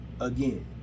again